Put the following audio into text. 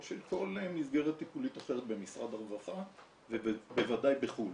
או של כל מסגרת טיפולית אחרת במשרד הרווחה ובוודאי בחו"ל.